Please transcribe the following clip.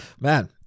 Man